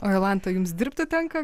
o jolanta jums dirbti tenka